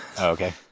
okay